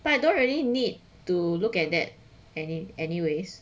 but don't really need to look at that anyways